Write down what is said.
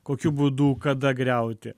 kokiu būdu kada griauti